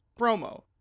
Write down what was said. promo